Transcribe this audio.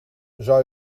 zou